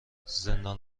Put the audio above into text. زندان